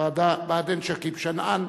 "בעדין" שכיב שנאן,